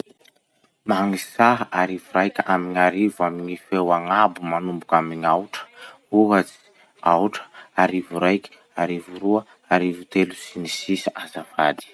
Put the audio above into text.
Magnisaha arivo raiky amy gn'arivo amy gny feo agnabo manomboky amy gn'aotra. Ohatsy: aotra, arivo raiky, arivo roa, arivo, sy ny sisa azafady.